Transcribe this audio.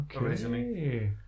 originally